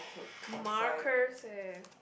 Marcus eh